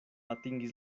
atingis